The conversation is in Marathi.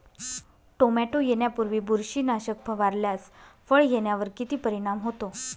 टोमॅटो येण्यापूर्वी बुरशीनाशक फवारल्यास फळ येण्यावर किती परिणाम होतो?